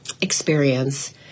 experience